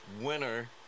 Winner